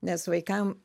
nes vaikam